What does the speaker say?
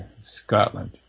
Scotland